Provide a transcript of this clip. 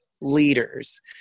leaders